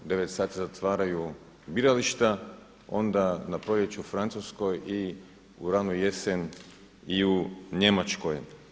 U 9 sati se zatvaraju birališta, onda na proljeće u Francuskoj i u ranu jesen i u Njemačkoj.